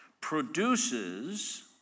produces